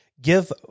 give